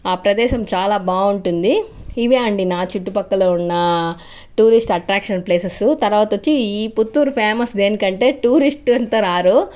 ఆ ప్రదేశం చాలా బాగుంటుంది ఇవే అండి నా చుట్టుపక్కల ఉన్న టూరిస్ట్ అట్రాక్షన్ ప్లేసెస్ తర్వాత వచ్చి ఈ పుత్తూరు ఫేమస్ దేనికంటే టూరిస్ట్ అంతా రారు